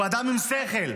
הוא אדם עם שכל.